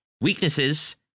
Weaknesses